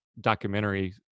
documentary